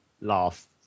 last